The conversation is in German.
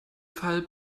fall